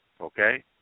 okay